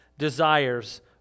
Desires